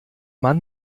mann